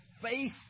Faith